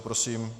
Prosím.